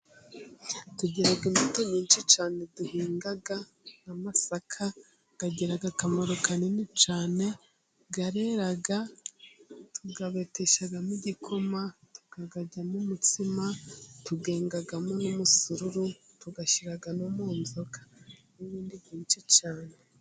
Tugira imbuto nyinshi cyane duhinga nk'amasaka agira akamaro kanini cyane, arera, tukabeteshamo igikoma, tukaryamo umutsima, twengamo n'umusururu, tugashyira no mu nzoga n'ibindi byinshi cyane.